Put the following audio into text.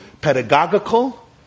pedagogical